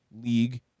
league